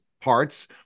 parts